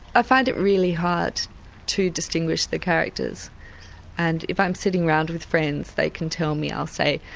i find it really hard to distinguish the characters and if i'm sitting around with friends they can tell me. i'll say,